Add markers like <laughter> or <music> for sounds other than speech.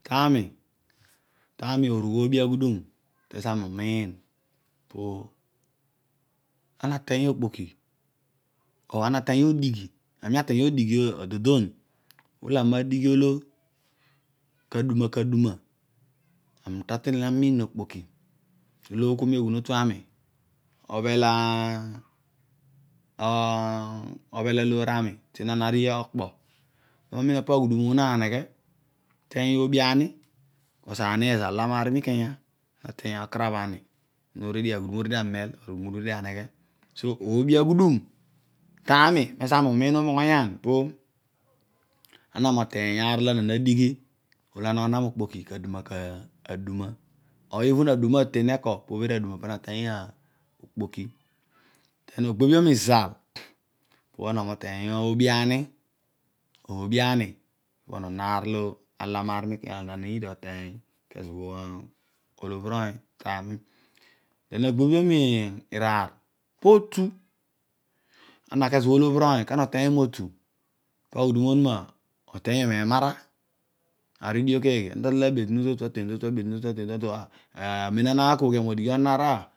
Tari tari orugh oobi aghudum meze ami umiipo, ana ateeny okpoki or ana na teeny odighi, ami ateeny odigh dondon, olo ami nodighi odo ka dume kaduma ami tadolini amiin okpoki olo okuan oghunotu am. <unintelligible> obhel eghunotu am, obhel aloor ami to todigh olapo ena ta miin aghudum bho ma neghu eteeny oob ani bkos ani ezo ala ma mikanya ateeny okarabh ani aghudum nobho orudio amel. Aghudum orue dio aneghe, so oobi aghudum taamii ezo ami umiin umoghoyan, ana nuodiey aar olo ana nedighi moteeny okpoki kaduma kaduma oven aduma aten na ekon tu loghi obho ane kezo bho olobhir oony laana oteeny io motu, pa aghuduri onuma iteey io memara, aar bho iligh bho keghe, ana tatol aghudum ole ana ta tol tesua abetum to tu aten to tu anen ana ta akobhia mo o dighi onon aar ah